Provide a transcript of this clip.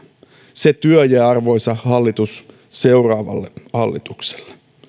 se työ jää arvoisa hallitus seuraavalle hallitukselle